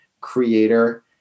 creator